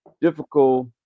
difficult